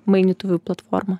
mainytuvių platforma